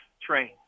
train